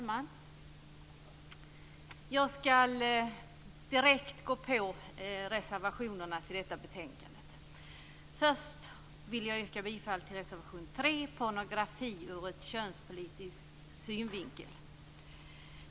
Fru talman! Jag ska direkt gå in på reservationerna vid detta betänkande. Först yrkar jag bifall till reservation 3, om pornografi ur könspolitisk synvinkel.